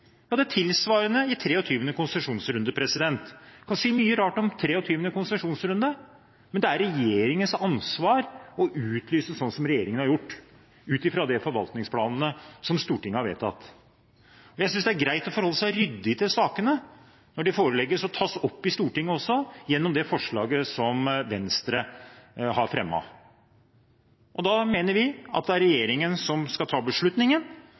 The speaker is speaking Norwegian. tilsvarende i 23. konsesjonsrunde. Man kan si mye rart om 23. konsesjonsrunde, men det er regjeringens ansvar å utlyse, slik regjeringen har gjort, ut fra de forvaltningsplanene som Stortinget har vedtatt. Jeg synes det er greit å forholde seg ryddig til sakene når de forelegges og tas opp i Stortinget, gjennom det forslaget som Venstre har fremmet. Da mener vi at det er regjeringen som skal ta beslutningen,